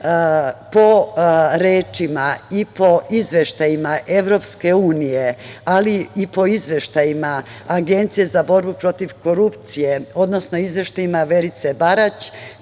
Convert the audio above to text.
po rečima i po izveštajima EU, ali i po izveštajima Agencije za borbu protiv korupcije, odnosno izveštajima Verice Barać,